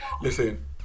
Listen